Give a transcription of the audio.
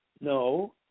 No